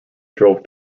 drove